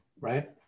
right